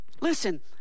Listen